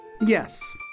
Yes